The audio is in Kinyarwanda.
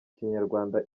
kinyarwanda